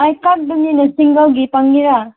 ꯑꯩ ꯈꯛꯇꯅꯤꯅ ꯁꯤꯡꯒꯜꯒꯤ ꯄꯥꯝꯒꯦꯔ